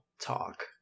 talk